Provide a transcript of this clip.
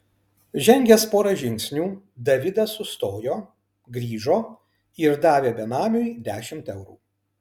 žengęs porą žingsnių davidas sustojo grįžo ir davė benamiui dešimt eurų